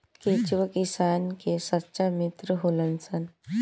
केचुआ किसान के सच्चा मित्र होलऽ सन